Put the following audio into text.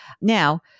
Now